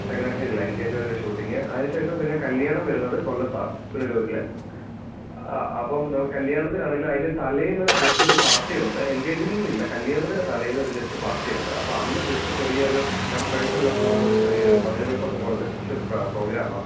ചങ്ങനാശ്ശേരിയിലാ എൻഗേജ്മെൻ്റെ ഷൂട്ടിംഗ് അതിന് ശേഷം പിന്നെ കല്യാണം വരുന്നത് കൊല്ലത്താ പുനലൂരിൽ ആ അപ്പം നമുക്ക് കല്യാണത്തിനാണെങ്കിൽ അതിൻ്റെ തലേന്ന് ജസ്റ്റ് ഒരു പാർട്ടിയുണ്ട് എൻഗേജ്മെൻറ്റിനില്ല കല്യാണത്തിൻറ്റെ തലേന്ന് ഒരു ജസ്റ്റ് പാർട്ടിയുണ്ട് അപ്പം അന്ന് ജസ്റ്റ് ചെറിയ ഒരു ഞങ്ങളുടെ ഫ്രണ്ട്സ് എല്ലാം കൂടുന്ന ഒരു ചെറിയൊരു മധുരം വെപ്പൊക്കെ പോലെത്തെ ജസ്റ്റൊരു പ്രോഗ്രാമാ